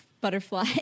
butterfly